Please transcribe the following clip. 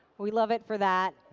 we love it for that.